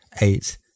eight